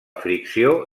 fricció